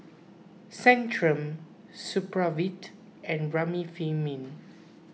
Centrum Supravit and Remifemin